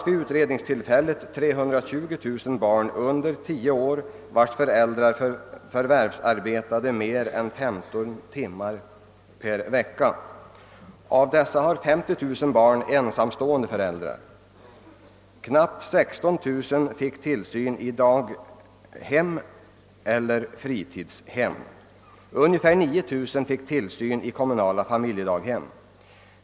Vid utredningstillfället fanns det 320 000 barn under tio år vilkas föräldrar förvärvsarbetade mer än 15 timmar per vecka, och av samtliga dessa barn hade 50 000 en sämstående föräldrar. Knappt 16 000 fick tillsyn i daghem eler fritidshem, och ungefär 9000 fick tillsyn i kommunala familjedaghem.